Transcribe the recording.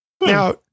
Now